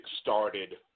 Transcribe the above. started